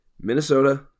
Minnesota